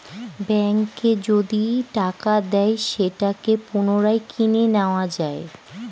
ব্যাঙ্কে যদি টাকা দেয় সেটাকে পুনরায় কিনে নেত্তয়া যায়